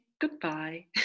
goodbye